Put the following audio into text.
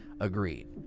agreed